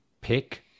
Pick